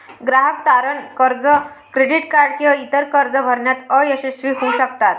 ग्राहक तारण कर्ज, क्रेडिट कार्ड किंवा इतर कर्जे भरण्यात अयशस्वी होऊ शकतात